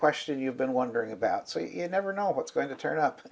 question you've been wondering about so you never know what's going to turn up